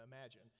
imagine